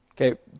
Okay